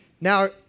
Now